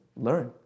learn